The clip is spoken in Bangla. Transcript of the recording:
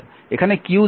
এখানে q দেওয়া আছে